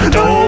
no